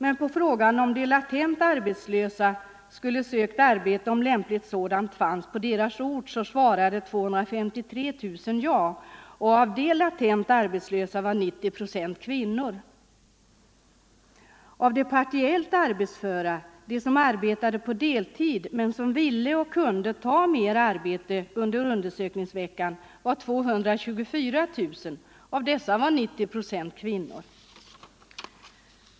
Av de latent arbetslösa svarade 253 000 ja på frågan om de skulle sökt arbete om lämpligt sådant funnits på deras ort. Av dessa latent arbetslösa var 90 procent kvinnor. De partiellt arbetsföra — de som arbetade på deltid men ville och kunde ta mer arbete under undersökningsveckan — var 224 000. Av dessa var 90 procent kvinnor.